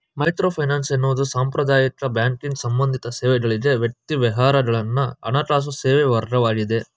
microfinance ಎನ್ನುವುದು ಸಾಂಪ್ರದಾಯಿಕ banking ಸಂಬಂಧಿತ ಸೇವೆಗಳ್ಗೆ ವ್ಯಕ್ತಿ ವ್ಯವಹಾರಗಳನ್ನ ಹಣಕಾಸು ಸೇವೆವರ್ಗವಾಗಿದೆ